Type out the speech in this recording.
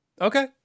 okay